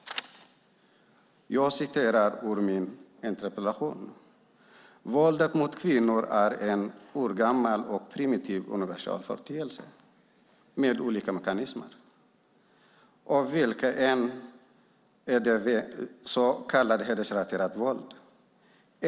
Jag citerar ur min interpellation: "Våldet mot kvinnor är en urgammal och primitiv universal företeelse med olika mekanismer, av vilka en är det så kallade hedersrelaterade våldet.